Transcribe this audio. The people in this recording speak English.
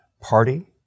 party